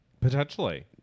potentially